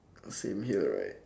uh same here right